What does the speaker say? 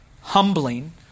humbling